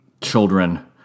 children